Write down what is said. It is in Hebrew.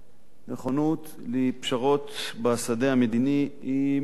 נכונות לפשרות בשדה המדיני היא מן ההכרח,